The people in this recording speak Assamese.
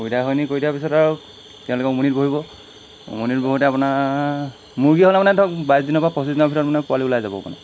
সুবিধাখিনি কৰি দিয়াৰ পিছত আৰু তেওঁলোকে উমনিত বহিব উমনিত বহোতে আপোনাৰ মুৰ্গী হ'লে মানে ধৰক বাইছ দিনৰপৰা পঁচিছ দিনৰ ভিতৰত মানে পোৱালি ওলাই যাব মানে